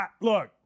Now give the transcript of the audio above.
Look